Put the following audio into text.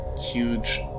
huge